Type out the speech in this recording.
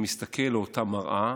שמסתכל באותה מראה,